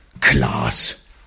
class